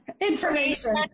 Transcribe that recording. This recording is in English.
information